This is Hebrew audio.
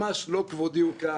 ממש לא כבודי הוא כאן.